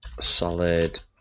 Solid